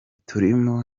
turimo